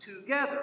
together